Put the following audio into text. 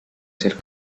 ser